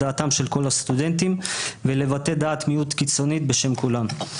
דעתם של כל הסטודנטים ולבטא דעת מיעוט קיצונית בשם כולם.